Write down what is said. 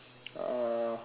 uh